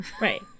Right